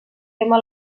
tema